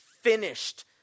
finished